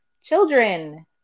children